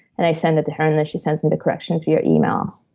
and i sent it to her, and then she sends me the corrections via email.